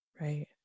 Right